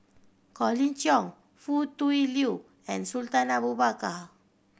Colin Cheong Foo Tui Liew and Sultan Abu Bakar